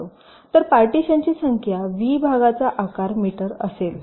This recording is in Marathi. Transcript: तर पार्टीशनची संख्या व्ही भागाचा आकार मीटर असेल